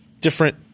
different